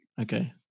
okay